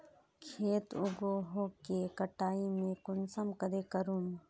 खेत उगोहो के कटाई में कुंसम करे करूम?